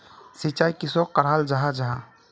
सिंचाई किसोक कराल जाहा जाहा?